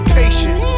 patient